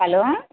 hello